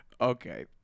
Okay